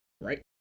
Right